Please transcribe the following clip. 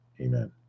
Amen